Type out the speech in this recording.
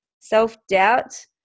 self-doubt